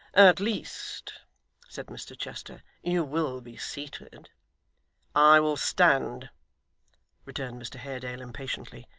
at least said mr chester, you will be seated i will stand returned mr haredale impatiently,